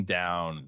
down